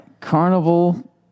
Carnival